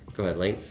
go ahead, linc.